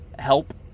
help